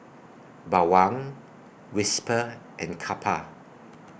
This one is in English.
Bawang Whisper and Kappa